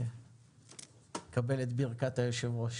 נקבל את ברכת היושב-ראש.